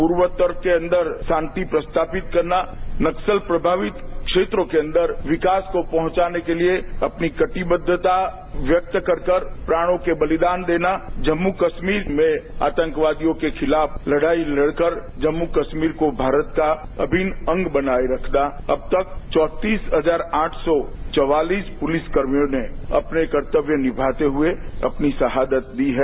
पूर्वोत्तर के अंदर शांति प्रस्तावित करना नक्सल प्रभावित क्षेत्रों के अंदर विकास को पहुंचाने के लिए अपनी कटिबद्धता व्यक्त कर कर प्राणों के बलिदान देना जम्मू कश्मीर में आतंकवादियों के खिलाफ लड़ाई लड़कर जम्मू कश्मीर को भारत का अभिन्न अंग बनाए रखना अब तक चौंतीस हजार आठ सौ चवालीस पुलिसकर्मियों ने अपने कर्तव्य निभाते हुए अपनी शहादत दी है